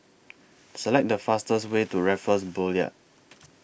Select The fastest Way to Raffles Boulevard